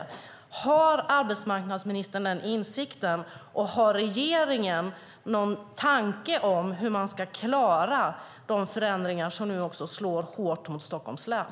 Har arbetsmarknadsministern den insikten? Har regeringen någon tanke om hur man ska klara de förändringar som nu också slår hårt mot Stockholms län?